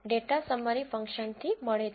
data summary function થી મળે છે